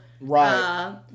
right